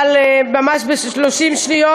ממש ב-30 שניות.